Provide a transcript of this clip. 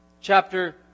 Chapter